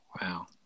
Wow